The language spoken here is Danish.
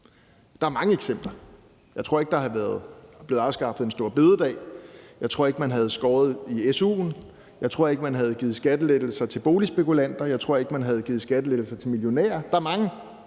Der er mange eksempler: Jeg tror ikke store bededag var blevet afskaffet; jeg tror ikke, man havde skåret i su'en; jeg tror ikke, man havde givet skattelettelser til boligspekulanter; jeg tror ikke, man havde givet skattelettelser til millionærer. Der er mange